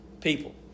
people